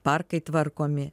parkai tvarkomi